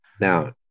Now